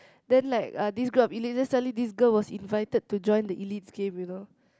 then like uh this group of elite then suddenly this girl was invited to join the elites game you know